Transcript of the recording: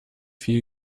viel